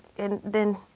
and then